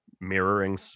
mirroring